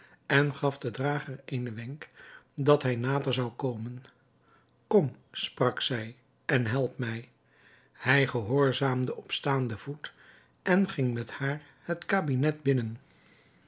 en gaf den drager eenen wenk dat hij nader zou komen kom sprak zij en help mij hij gehoorzaamde op staande voet en ging met haar het kabinet binnen